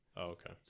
okay